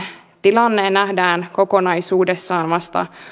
tilanne nähdään kokonaisuudessaan vasta